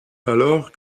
alors